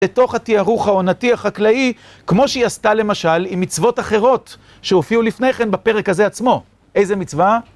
לתוך התיארוך העונתי החקלאי, כמו שהיא עשתה למשל, עם מצוות אחרות שהופיעו לפני כן בפרק הזה עצמו, איזה מצווה?